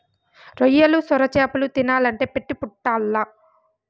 రొయ్యలు, సొరచేపలు తినాలంటే పెట్టి పుట్టాల్ల